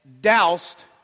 doused